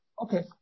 Okay